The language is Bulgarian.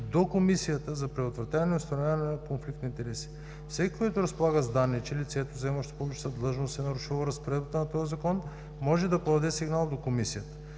до Комисията за предотвратяване и установяване на конфликт на интереси. Всеки, който разполага с данни, че лицето, заемащо публична длъжност, е нарушило разпоредбите на този Закон, може да подаде сигнал до Комисията.